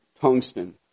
tungsten